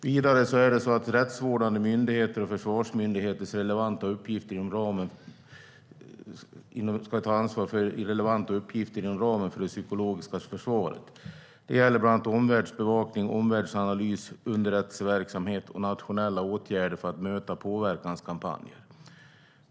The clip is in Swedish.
Vidare ska rättsvårdande myndigheter och försvarsmyndigheter ta ansvar för relevanta uppgifter inom ramen för det psykologiska försvaret. Det gäller bland annat omvärldsbevakning, omvärldsanalys, underrättelseverksamhet och nationella åtgärder för att möta påverkanskampanjer.